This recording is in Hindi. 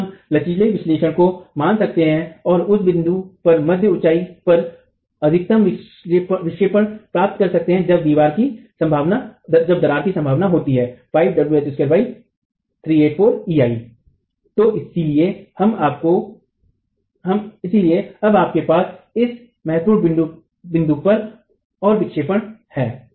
इसलिए हम लचीले विश्लेषण को मान सकते हैं और उस बिंदु पर मध्य ऊंचाई पर अधिकतम विक्षेपण प्राप्त कर सकते हैं जब दरार की सम्भावना होती है तो इसलिएअब आपके पास इस महत्वपूर्ण बिंदु पर भार और विक्षेपण है